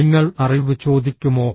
നിങ്ങൾ അറിവ് ചോദിക്കുമോ